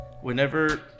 Whenever